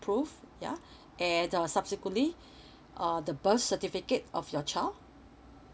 prove ya and there was subsequently uh the birth certificate of your child